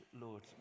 Lord